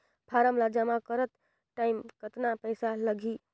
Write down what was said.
Form ला जमा करत टाइम कतना पइसा लगही?